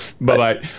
bye-bye